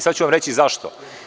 Sada ću vam reći zašto?